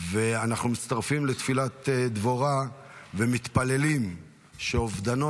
ואנחנו מצטרפים לתפילת דבורה ומתפללים שאובדנו